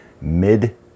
mid